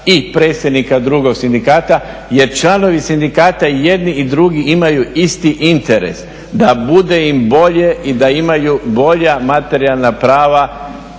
i predsjednika drugog sindikata jer članovi sindikata i jedni i drugi imaju isti interes da bude im bolje i da imaju bolja materijalna prava